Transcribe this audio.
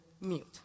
mute